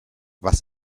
was